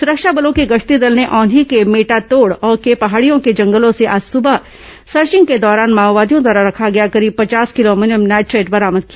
सुरक्षा बलों के गश्ती दल ने औंधी के मेटातोड़ के पहाड़ियों के जंगलों से आज सुबह सर्चिंग के दौरान माओवादियों द्वारा रखा गया करीब पचास किलो अमोनियम नाइट्रेट बरामद किया